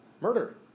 Murder